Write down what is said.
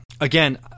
again